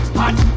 hot